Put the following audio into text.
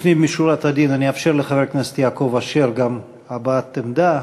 לפנים משורת הדין אני אאפשר גם לחבר הכנסת יעקב אשר הבעת עמדה,